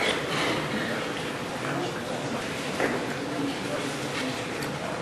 (חברי הכנסת מכבדים בקימה את צאת נשיא המדינה מאולם